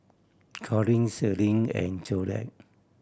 Corine Celine and Jolette